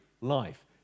life